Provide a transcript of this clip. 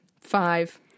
five